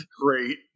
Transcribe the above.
Great